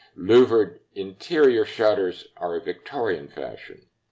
louvered interior shutters are a victorian fashion.